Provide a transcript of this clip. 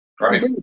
Right